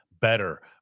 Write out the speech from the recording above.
better